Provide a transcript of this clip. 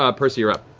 ah percy, you're up.